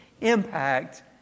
impact